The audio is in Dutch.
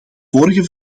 vorige